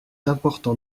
important